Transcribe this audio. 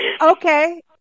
okay